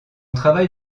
travail